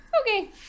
Okay